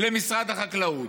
למשרד החקלאות?